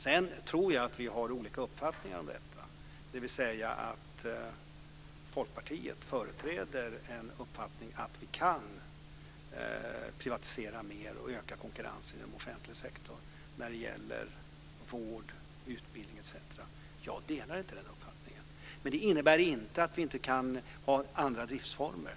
Sedan tror jag att vi har olika uppfattningar om detta, dvs. att Folkpartiet företräder uppfattningen att vi kan privatisera mer och öka konkurrensen i den offentliga sektorn när det gäller vård, utbildning etc. Jag delar inte den uppfattningen, men det innebär inte att vi inte kan ha andra driftsformer.